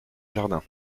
jardin